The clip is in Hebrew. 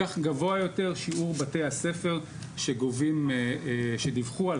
כך גבוה יותר שיעור בתי הספר שדיווחו על